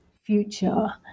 future